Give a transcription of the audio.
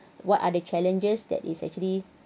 what are the challenges that is actually